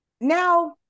Now